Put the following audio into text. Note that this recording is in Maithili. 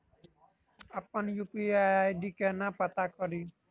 अप्पन यु.पी.आई आई.डी केना पत्ता कड़ी?